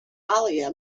alia